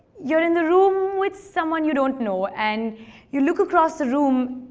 you're in the room with someone you don't know, and you look across the room,